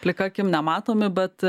plika akim nematomi bet